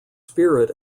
spirit